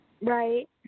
right